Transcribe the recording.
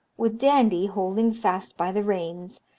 with dandie holding fast by the reins,